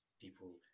people